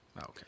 Okay